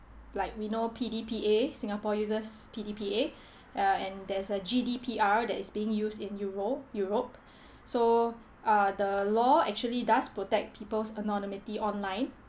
like we know P_D_P_A singapore uses P_D_P_A uh and there is a G_D_P_R that is being used in euro~ europe so uh the law actually does protect people's anonymity online